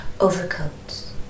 overcoats